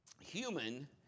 human